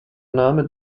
name